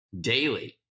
daily